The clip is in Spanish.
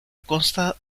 consta